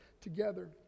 together